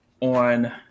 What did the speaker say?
on